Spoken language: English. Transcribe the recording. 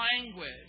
language